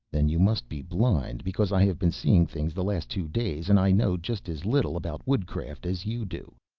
then you must be blind, because i have been seeing things the last two days, and i know just as little about woodcraft as you do.